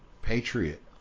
patriot